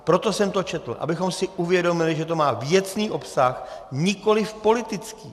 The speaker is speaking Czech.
Proto jsem to četl, abychom si uvědomili, že to má věcný obsah, nikoliv politický.